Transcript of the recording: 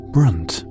Brunt